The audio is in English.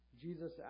Jesus